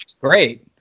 great